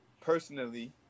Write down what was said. personally